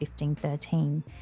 1513